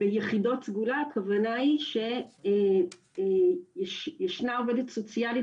ביחידות סגולה הכוונה היא שישנה עובדת סוציאלית